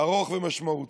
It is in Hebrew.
ארוך ומשמעותי.